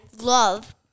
love